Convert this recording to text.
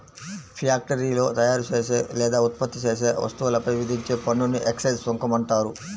ఫ్యాక్టరీలో తయారుచేసే లేదా ఉత్పత్తి చేసే వస్తువులపై విధించే పన్నుని ఎక్సైజ్ సుంకం అంటారు